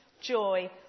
joy